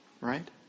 right